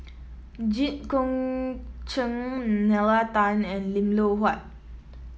Jit Koon Ch'ng Nalla Tan and Lim Loh Huat